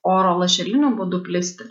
oro lašeliniu būdu plisti